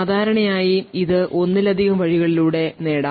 സാധാരണയായി ഇത് ഒന്നിലധികം വഴികളിലൂടെ നേടാം